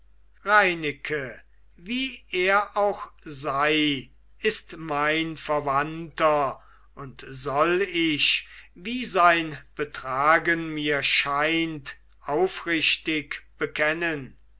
reineke wie er auch sei ist mein verwandter und soll ich wie sein betragen mir scheint aufrichtig bekennen